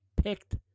Picked